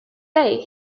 day